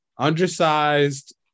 undersized